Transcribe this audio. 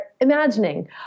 imagining